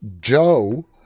Joe